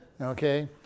Okay